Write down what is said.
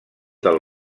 del